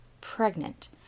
pregnant